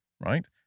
right